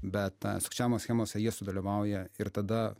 bet sukčiavimo schemose jie sudalyvauja ir tada